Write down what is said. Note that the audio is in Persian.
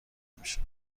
میشد